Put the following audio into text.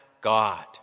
God